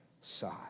side